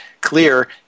clear